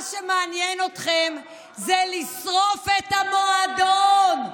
מה שמעניין אתכם זה לשרוף את המועדון.